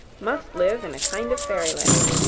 must live in a kind of fairyland.